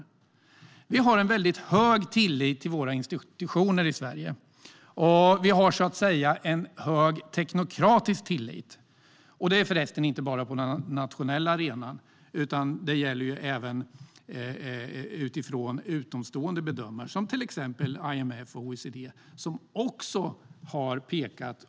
Vi har hög tillit till våra institutioner i Sverige. Vi har så att säga en hög teknokratisk tillit. Det gäller förresten inte bara på den nationella arenan utan även utomstående bedömare, till exempel IMF och OECD.